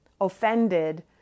offended